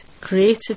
created